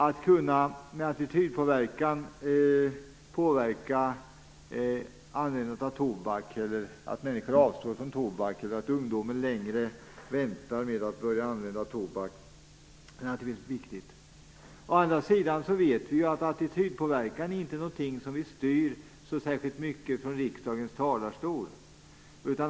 Att med attityder kunna påverka användningen av tobak, att få människor att avstå från tobak eller att få ungdomar att vänta längre med att börja använda tobak är naturligtvis viktigt. Å andra sidan vet vi att attitydpåverkan inte är någonting som vi styr särskilt mycket från riksdagens talarstol.